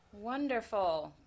Wonderful